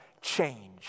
change